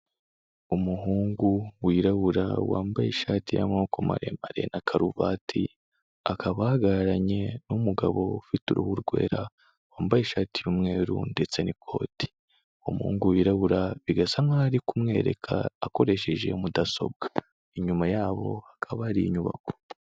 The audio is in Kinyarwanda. Umuhungu wirabura wambaye ishati y'amoboko maremare na karuvati, akaba ahagararanye n'umugabo ufite uruhu rwera, wambaye ishati y'umweru ndetse n'ikoti, umuhungu wirabura bigasa nkaho ari kumwereka akoresheje mudasobwa, inyuma yabo hakaba ari inyubako.